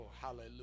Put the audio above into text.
hallelujah